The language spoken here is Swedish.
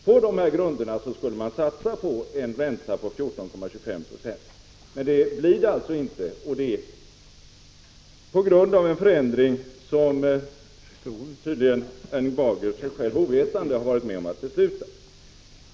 På dessa grunder skulle man alltså satsa på en ränta på 14,25 90. Men så kommer det inte att bli, på grund av en förändring som Erling Bager — tydligen sig själv ovetande — har varit med om att besluta.